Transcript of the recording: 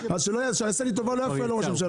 אז שיעשה לי טובה, שלא יפריע לראש הממשלה.